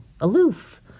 aloof